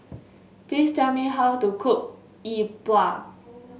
please tell me how to cook Yi Bua